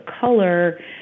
color